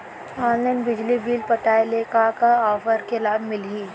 Online बिजली bill पटाय ले का का ऑफ़र के लाभ मिलही?